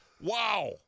wow